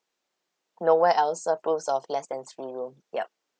nowhere else approves of less than three rooms yup